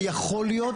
זה יכול להיות,